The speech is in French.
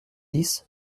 dix